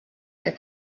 their